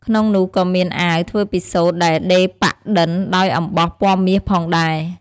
ក្នុងនោះក៏៏មានអាវធ្វើពីសូត្រដែលដេរប៉ាក់ឌិនដោយអំបោះពណ៌មាសផងដែរ។